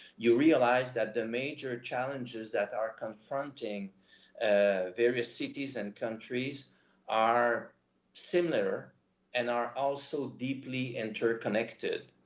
you realize that the major challenges that are confronting various cities and countries are similar and are also deeply interconnected.